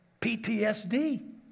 PTSD